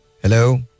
Hello